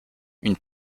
une